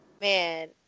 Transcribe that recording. man